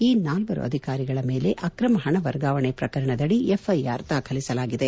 ಈ ನಾಲ್ವರು ಅಧಿಕಾರಿಗಳ ಮೇಲೆ ಅಕ್ರಮ ಹಣ ವರ್ಗಾವಣೆ ಪ್ರಕರಣದಡಿ ಎಫ್ ಐಆರ್ ದಾಖಲಿಸಲಾಗಿದೆ